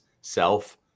self